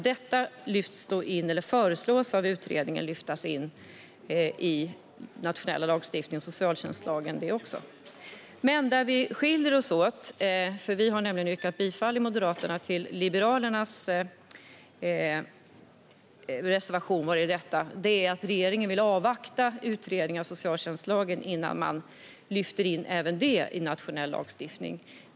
Utredningen föreslår att detta ska lyftas in i nationell lagstiftning och socialtjänstlagen. Moderaterna yrkar här bifall till Liberalernas reservation. Regeringen vill nämligen avvakta utredningen av socialtjänstlagen innan man lyfter in även detta i nationell lagstiftning.